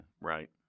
right